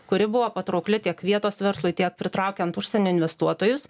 kuri buvo patraukli tiek vietos verslui tiek pritraukiant užsienio investuotojus